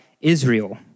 Israel